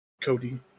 Cody